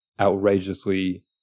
outrageously